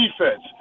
defense